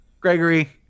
Gregory